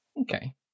Okay